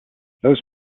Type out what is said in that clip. those